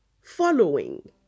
following